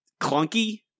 clunky